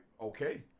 okay